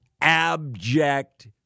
abject